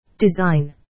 design